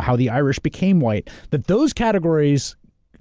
how the irish became white, that those categories